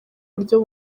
buryo